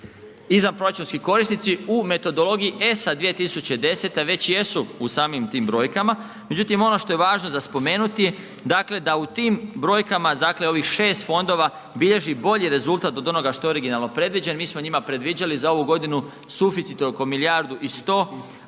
izvanproračunski korisnici u metodologiji ESA 2010. već jesu u samim tim brojkama. Međutim ono što je važno za spomenuti dakle da u tim brojkama dakle ovih 6 fondova bilježi bolji rezultat od onoga što je originalno predviđen, mi smo njima predviđali za ovu godinu suficit oko milijardu i 100, a prema